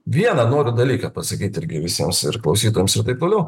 vieną noriu dalyką pasakyti irgi visiems ir klausytojams ir taip toliau